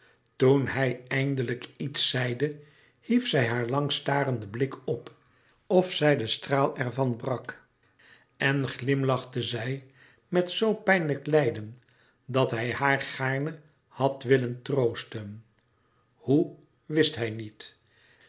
toen hij eindelijk iets zeide hief zij haar lang starenden blik op of zij den straal ervan brak en glimlachte zij met zo pijnlijk lijden dat hij haar gaarne had willen troosten hoe wist hij niet